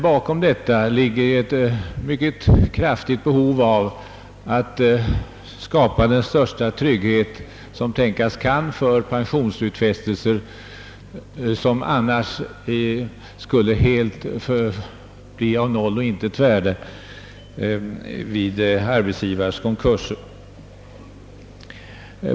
Bakom den ligger ett mycket starkt behov av att skapa den största trygghet som tänkas kan för pensionsutfästelser, vilka annars skulle bli av noll och intet värde vid arbetsgivares konkurser.